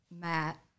Matt